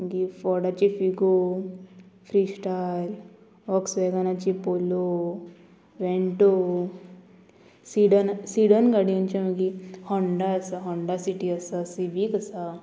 मागीर फोर्डाचे Figo free style वॉक्स वेगनाची पोलो वेटो सिडन सिडन गाडयोंचे मागीर होंडा आसा होंडा सिटी आसा सिवीक आसा